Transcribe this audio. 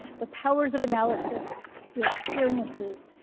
the powers of analysis, your experiences,